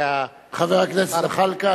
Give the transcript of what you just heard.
חבר הכנסת זחאלקה,